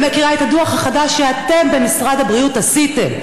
ומכירה את הדוח החדש שאתם במשרד הבריאות עשיתם